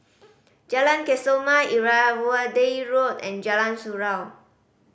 Jalan Kesoma Irrawaddy Road and Jalan Surau